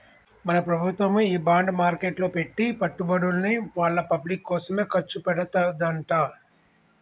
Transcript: మన ప్రభుత్వము ఈ బాండ్ మార్కెట్లో పెట్టి పెట్టుబడుల్ని వాళ్ళ పబ్లిక్ కోసమే ఖర్చు పెడతదంట